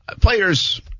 players